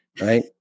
Right